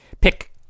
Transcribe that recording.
pick